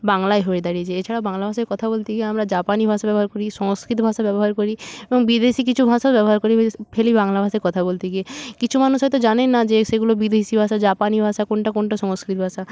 বাংলায় হয়ে দাঁড়িয়েছে এছাড়াও বাংলা ভাষায় কথা বলতে গিয়ে আমরা জাপানি ভাষা ব্যবহার করি সংস্কৃত ভাষা ব্যবহার করি এবং বিদেশি কিছু ভাষাও ব্যবহার করি ফেলি বাংলা ভাষায় কথা বলতে গিয়ে কিছু মানুষ হয়তো জানেন না যে সেগুলো বিদেশি ভাষা জাপানি ভাষা কোনটা কোনটা সংস্কৃত ভাষা